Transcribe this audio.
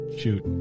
shoot